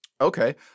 Okay